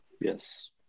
Yes